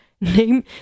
Name